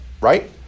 right